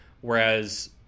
Whereas